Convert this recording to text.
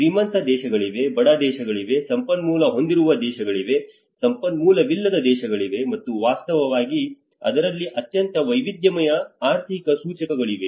ಶ್ರೀಮಂತ ದೇಶಗಳಿವೆ ಬಡ ದೇಶಗಳಿವೆ ಸಂಪನ್ಮೂಲ ಹೊಂದಿರುವ ದೇಶಗಳಿವೆ ಸಂಪನ್ಮೂಲವಿಲ್ಲದ ದೇಶಗಳಿವೆ ಮತ್ತು ವಾಸ್ತವವಾಗಿ ಅದರಲ್ಲಿ ಅತ್ಯಂತ ವೈವಿಧ್ಯಮಯ ಆರ್ಥಿಕ ಸೂಚಕಗಳಿವೆ